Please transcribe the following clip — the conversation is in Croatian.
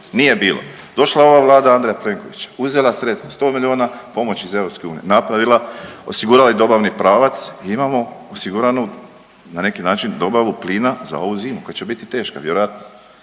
nije bilo. Došla ova Vlada Andreja Plenkovića uzela sredstva 100 miliona pomoći iz EU, napravila, osigurala i dobavni pravac i imamo osiguranu na neki način dobavu plina za ovu zimu koja će biti teška vjerojatno.